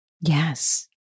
Yes